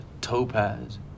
topaz